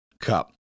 Cup